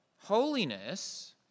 holiness